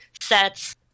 sets